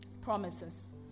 Promises